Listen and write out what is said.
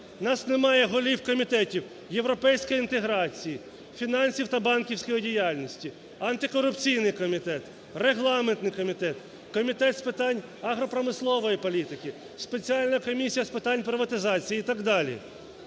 нас немає голів комітетів європейської інтеграції, фінансів та банківської діяльності, антикорупційний комітет, регламентний комітет, комітет з питань агропромислової політики, Спеціальна комісія з питань приватизації і так далі.